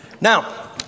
Now